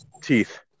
teeth